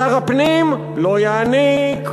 שר הפנים לא יעניק,